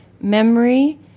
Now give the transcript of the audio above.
Memory